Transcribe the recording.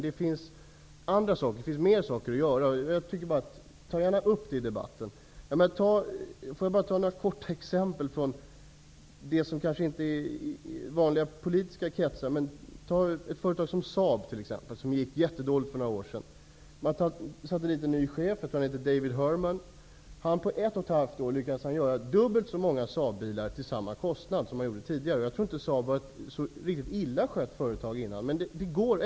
Det finns mer som kan göras, och ta gärna upp de exemplen i debatten. Jag vill gärna ge ett exempel, som kanske inte är så vanligt i politiska kretsar. Företaget Saab gick jättedåligt för några år sedan. Företaget fick en ny chef. Jag tror att han hette David Herman. På ett och ett halvt år lyckades han producera dubbelt så många Saab-bilar till samma kostnad som tidigare. Jag tror inte att Saab var ett illa skött företag tidigare.